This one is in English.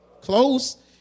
Close